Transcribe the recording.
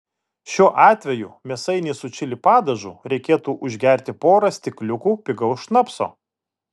šiuo atveju mėsainį su čili padažu reikėtų užgerti pora stikliukų pigaus šnapso